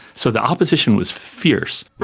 so the opposition was fierce.